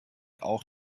auch